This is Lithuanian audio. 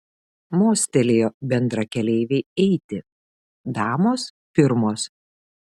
mostelėjo bendrakeleivei eiti damos pirmos